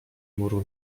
muru